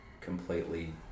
completely